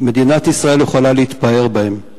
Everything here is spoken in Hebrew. מדינת ישראל יכולה להתפאר בהם,